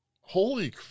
holy